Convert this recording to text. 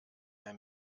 der